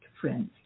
friends